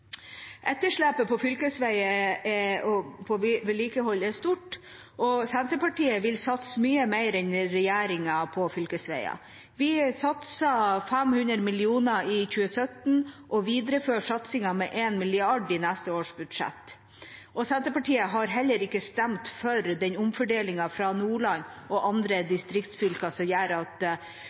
på fylkesveiene er stort, og Senterpartiet vil satse mye mer enn regjeringen på fylkesveier. Vi satset 500 mill. kr i 2017 og viderefører satsingen med 1 mrd. kr i neste års budsjett. Senterpartiet har heller ikke stemt for den omfordelingen fra Nordland og andre distriktsfylker som gjør at